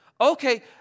okay